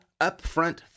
upfront